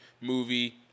movie